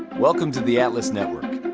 welcome to the atlas network.